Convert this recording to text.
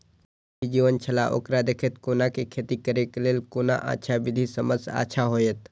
ज़ल ही जीवन छलाह ओकरा देखैत कोना के खेती करे के लेल कोन अच्छा विधि सबसँ अच्छा होयत?